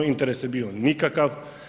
Interes je bio nikakav.